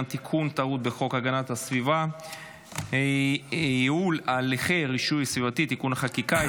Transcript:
תיקון טעות בחוק הגנת הסביבה (ייעול הליכי רישוי סביבתי) (תיקוני חקיקה),